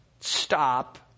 stop